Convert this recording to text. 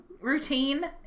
routine